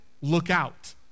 lookout